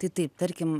tai taip tarkim